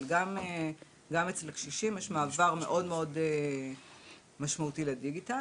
אבל גם אצל הקשישים יש מעבר מאוד מאוד משמעותי לדיגיטל,